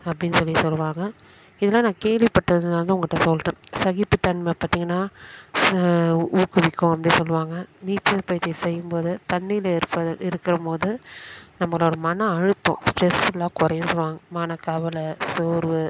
அப்படின்னு சொல்லி சொல்லுவாங்க இதெல்லாம் நான் கேள்விப்பட்டதுனாலதான் உங்கள்கிட்ட சொல்லுறேன் சகிப்புத்தன்மை பார்த்தீங்கனா ஊக்குவிக்கும் அப்படின்னு சொல்லுவாங்க நீச்சல் பயிற்சி செய்யும்போது தண்ணியில இருப்ப இருக்கிறமோது நம்மளோட மன அழுத்தம் ஸ்ட்ரெஸ்ஸெல்லாம் குறையும்ன்னு சொல்லுவாங்க மனக்கவலை சோர்வு